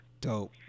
Dope